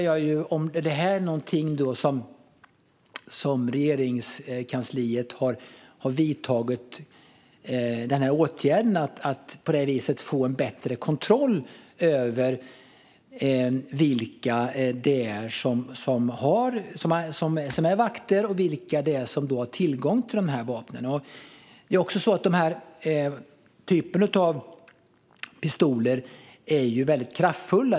Jag undrar om Regeringskansliet har vidtagit åtgärder för att få bättre kontroll över vilka som är vakter och vilka som har tillgång till dessa vapen. Den här typen av pistoler är ju väldigt kraftfull.